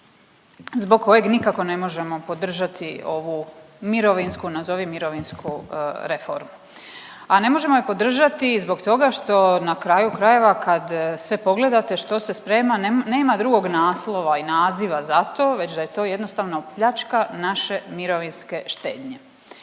zbog kojeg nikako ne možemo podržati ovu mirovinsku, nazovi mirovinsku reformu. A ne možemo je podržati zbog toga što na kraju krajeva kad sve pogledate što se sprema nema drugog naslova i naziva za to već da je to jednostavno pljačka naše mirovinske štednje.